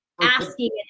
asking